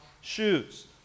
shoes